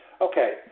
Okay